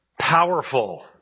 powerful